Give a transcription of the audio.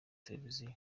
televiziyo